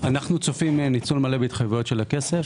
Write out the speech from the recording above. אנחנו צופים ניצול מלא בהתחייבויות של הכסף.